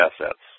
assets